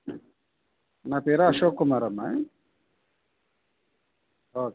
నా పేరు అశోక్ కుమార్ అమ్మ ఓకే